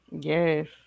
Yes